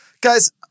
Guys